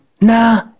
nah